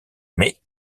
mais